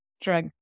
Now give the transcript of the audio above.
drug